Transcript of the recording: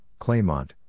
Claymont